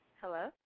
hello